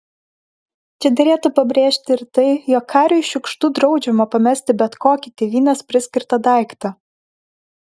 čia derėtų pabrėžti ir tai jog kariui šiukštu draudžiama pamesti bet kokį tėvynės priskirtą daiktą